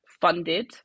funded